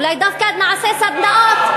אולי דווקא נעשה סדנאות,